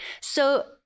So-